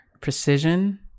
precision